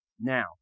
Now